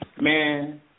Man